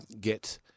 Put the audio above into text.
get